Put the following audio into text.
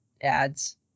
ads